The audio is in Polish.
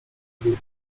długo